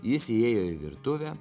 jis įėjo į virtuvę